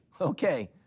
Okay